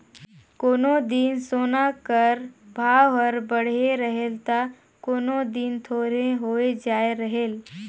कोनो दिन सोना कर भाव हर बढ़े रहेल ता कोनो दिन थोरहें होए जाए रहेल